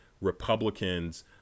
Republicans